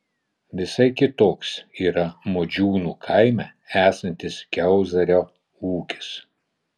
visai kitoks yra modžiūnų kaime esantis kiauzario ūkis